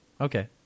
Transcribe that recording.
Okay